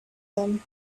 them